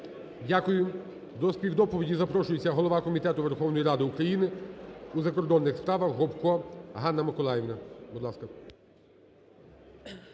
Дякую. До співдоповіді запрошується голова Комітету Верховної Ради України у закордонних справах Гопко Ганна Миколаївна, будь ласка.